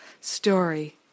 story